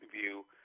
view